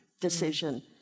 decision